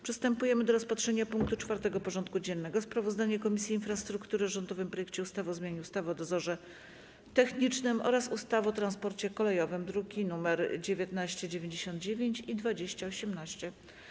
Przystępujemy do rozpatrzenia punktu 4. porządku dziennego: Sprawozdanie Komisji Infrastruktury o rządowym projekcie ustawy o zmianie ustawy o dozorze technicznym oraz ustawy o transporcie kolejowym (druki nr 1999 i 2018)